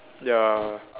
ya